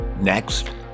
Next